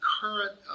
current